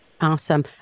Awesome